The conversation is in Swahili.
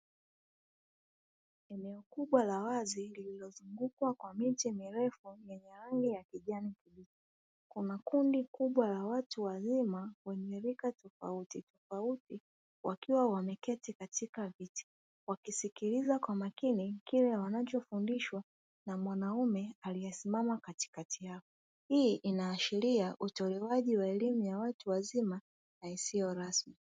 Eneo kubwa la wazi lililozungukwa kwa miti mirefu yenye rangi ya kijani kibichi, kuna kundi kubwa la watu wazima wenye rika tofautitofauti wakiwa wameketi katika viti wakisikiliza kwa makini kile wanachofundishwa na mwanaume aliyesimama katikati yao. Hii inaashiria utolewaji wa elimu ya watu wazima na isiyo rasmi.